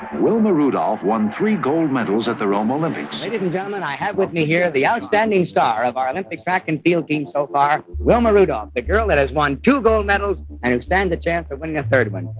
wilma rudolph won three gold medals at the rome olympics ladies and gentlemen, i have with me here the outstanding star of our olympic track and field team so far, wilma rudolph, the girl that has won two gold medals and stands a chance of winning a third one.